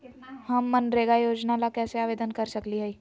हम मनरेगा योजना ला कैसे आवेदन कर सकली हई?